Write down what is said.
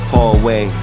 Hallway